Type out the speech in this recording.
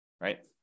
right